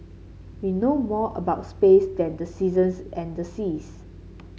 we know more about space than the seasons and the seas